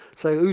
so,